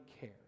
care